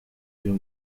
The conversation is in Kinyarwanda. uyu